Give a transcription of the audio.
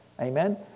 Amen